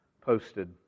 posted